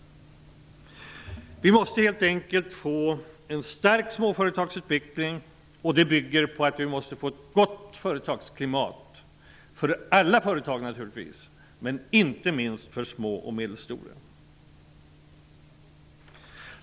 Vi måste helt enkelt få en stark småföretagsutveckling. Vi måste skapa ett gott företagsklimat för alla företag och då särskilt för de små och medelstora.